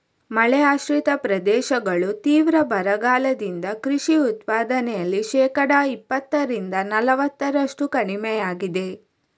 ಮಳೆ ಆಶ್ರಿತ ಪ್ರದೇಶಗಳು ತೀವ್ರ ಬರಗಾಲದಿಂದ ಕೃಷಿ ಉತ್ಪಾದನೆಯಲ್ಲಿ ಶೇಕಡಾ ಇಪ್ಪತ್ತರಿಂದ ನಲವತ್ತರಷ್ಟು ಕಡಿಮೆಯಾಗಿದೆ